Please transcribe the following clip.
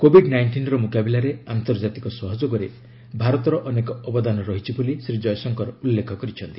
Covid ନାଇଷ୍ଟିନ୍ର ମୁକାବିଲାରେ ଆନ୍ତର୍ଜାତିକ ସହଯୋଗରେ ଭାରତର ଅନେକ ଅବଦାନ ରହିଛି ବୋଲି ଶ୍ରୀ ଜୟଶଙ୍କର ଉଲ୍ଲେଖ କରିଛନ୍ତି